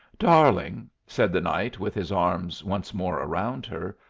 darling, said the knight, with his arms once more around her,